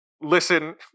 Listen